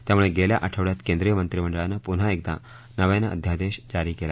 त्यामुळे गेल्या आठवड्यात केंद्रीय मक्रिमछ्ळानपुन्हाक्किदा नव्यानक्रिध्यादेश जारी केला